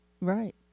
right